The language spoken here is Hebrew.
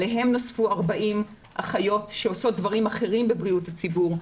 אליהן נוספו 40 אחיות שעושות דברים אחרים בבריאות הציבור,